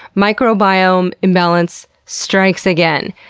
microbiome imbalance strikes again!